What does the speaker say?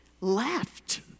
left